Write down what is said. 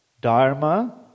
Dharma